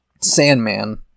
sandman